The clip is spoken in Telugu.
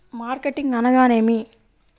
మార్కెటింగ్ అనగానేమి?